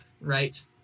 right